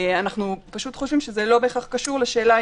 אנחנו פשוט חושבים שזה לא בהכרח קשור לשאלה,